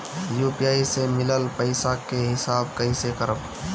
UPI से मिलल पईसा के हिसाब कइसे करब?